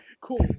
cool